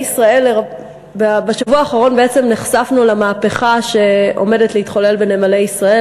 בשבוע האחרון נחשפנו למהפכה שעומדת להתחולל בנמלי ישראל,